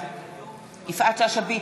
בעד יפעת שאשא ביטון,